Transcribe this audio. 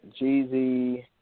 Jeezy